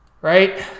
Right